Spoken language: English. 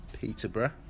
Peterborough